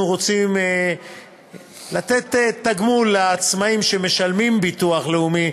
רוצים לתת תגמול לעצמאים שמשלמים ביטוח לאומי,